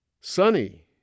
sunny